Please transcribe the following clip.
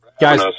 Guys